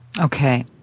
Okay